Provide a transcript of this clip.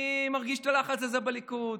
אני מרגיש את הלחץ הזה בליכוד.